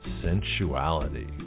sensuality